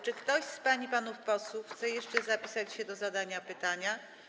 Czy ktoś z pań i panów posłów chce jeszcze zapisać się do zadania pytania?